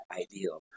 ideal